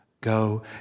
Go